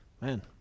Man